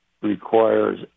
requires